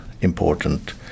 important